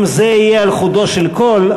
אם זה יהיה על חודו של קול,